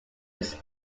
just